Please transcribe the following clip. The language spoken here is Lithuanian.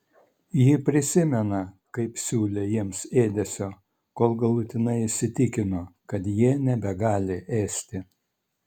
ji prisimena kaip siūlė jiems ėdesio kol galutinai įsitikino kad jie nebegali ėsti